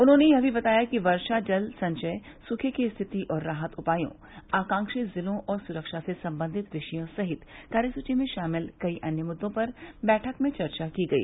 उन्होंने यह भी बताया कि वर्षा जल संचय सूखे की स्थिति और राहत उपायों आकांक्षी ज़िलों और सुरक्षा से संबंधित विषयों सहित कार्यसूची में शामिल कई अन्य मुरों पर बैठक में चर्चा की गई